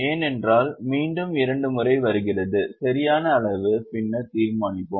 ஏனென்றால் மீண்டும் இரண்டு முறை வருகிறது சரியான அளவு பின்னர் தீர்மானிப்போம்